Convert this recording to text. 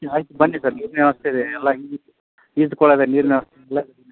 ಆಯಿತು ಬನ್ನಿ ಸರ್ ನೀವು ನೀರಿನ ವ್ಯವಸ್ಥೆ ಇದೆ ಈಜು ಕೊಳದ ನೀರಿನ ವ್ಯವಸ್ಥೆ ಇದೆ